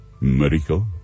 miracle